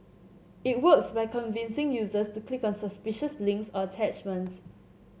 it works by convincing users to click on suspicious links or attachments